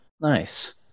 Nice